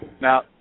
Now